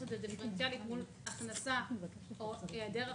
את זה דיפרנציאלית מול הכנסה או היעדר הכנסה.